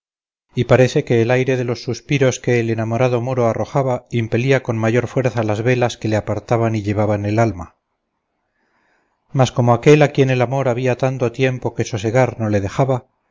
y parece que el aire de los suspiros que el enamorado moro arrojaba impelía con mayor fuerza las velas que le apartaban y llevaban el alma mas como aquel a quien el amor había tanto tiempo que sosegar no le dejaba